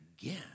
again